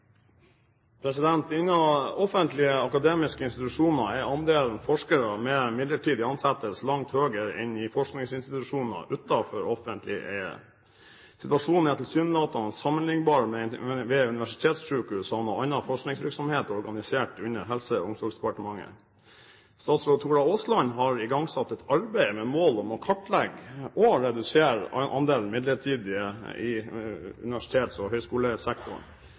offentlige akademiske institusjoner er andelen forskere med midlertidig ansettelse langt høyere enn i forskningsinstitusjoner utenfor offentlig eie. Situasjonen er tilsynelatende sammenlignbar ved universitetssykehusene og annen forskningsvirksomhet organisert under Helse- og omsorgsdepartementet. Statsråd Tora Aasland har igangsatt et arbeid med mål om å kartlegge og redusere andelen midlertidige i